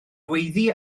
gweiddi